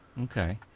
Okay